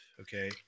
okay